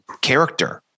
character